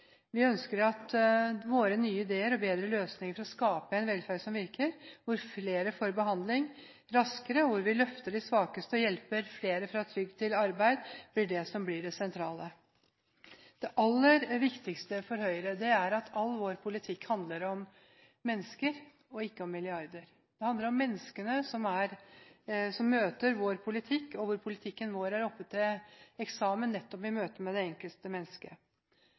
Vi ønsker at våre nye ideer og bedre løsninger skal skape en velferd som virker, hvor flere får behandling raskere, og hvor vi løfter de svakeste og hjelper flere fra trygd til arbeid. Det er det som blir det sentrale. Det aller viktigste for Høyre er at all vår politikk handler om mennesker og ikke om milliarder. Det handler om menneskene som møter vår politikk, og politikken vår er oppe til eksamen nettopp i møte med det enkelte